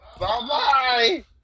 Bye-bye